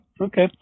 Okay